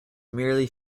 merely